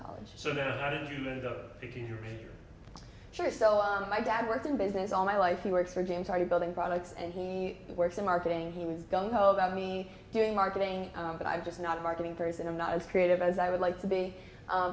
college sure so on my dad works in business all my life he works for james hardie building products and he works in marketing he was gung ho about me doing marketing but i'm just not a marketing person i'm not as creative as i would like to be